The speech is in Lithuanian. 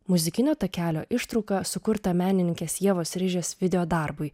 muzikinio takelio ištrauką sukurtą menininkės ievos rižės videodarbui